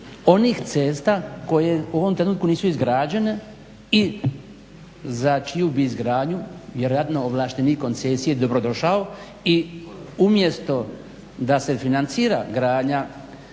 onih cesta koje u ovom trenutku nisu izgrađene i za čiju bi izgradnju vjerojatno ovlaštenik koncesije dobrodošao. I umjesto da se financira gradnja